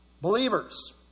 believers